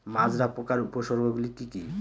মাজরা পোকার উপসর্গগুলি কি কি?